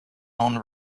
own